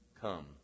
come